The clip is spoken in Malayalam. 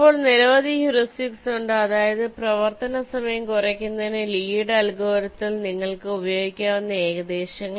ഇപ്പോൾ നിരവധി ഹ്യൂറിസ്റ്റിക്സ് ഉണ്ട് അതായത് പ്രവർത്തന സമയം കുറയ്ക്കുന്നതിന് ലീയുടെ അൽഗോരിതത്തിൽLee's algorithm നിങ്ങൾക്ക് ഉപയോഗിക്കാവുന്ന ഏകദേശങ്ങൾ